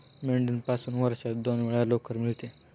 मेंढ्यापासून वर्षातून दोन वेळा लोकर मिळते